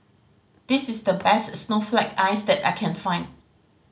this is the best snowflake ice that I can find